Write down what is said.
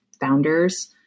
founders